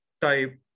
type